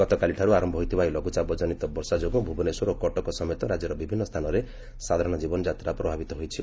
ଗତକାଲିଠାରୁ ଆରମ୍ଭ ହୋଇଥିବା ଏହି ଲଘୁଚାପ କନିତ ବର୍ଷା ଯୋଗୁଁ ଭୁବନେଶ୍ୱର ଓ କଟକ ସମେତ ରାଜ୍ୟର ବିଭିନ୍ନ ସ୍ଥାନରେ ସାଧାରଣ ଜୀବନଯାତ୍ରା ପ୍ରଭାବିତ ହୋଇଛି